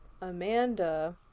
Amanda